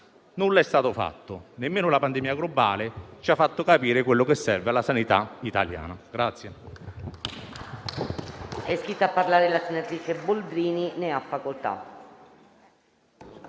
Nulla è stato fatto, nemmeno la pandemia globale ci ha fatto capire quello che serve alla sanità italiana.